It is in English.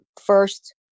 First